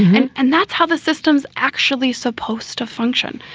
and and that's how the system's actually supposed to function.